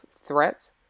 threats